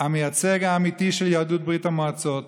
המייצג האמיתי של יהדות ברית המועצות,